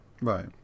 Right